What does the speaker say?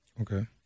Okay